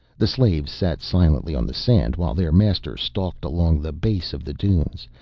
the slaves sat silently on the sand while their master stalked along the base of the dunes,